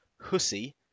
hussy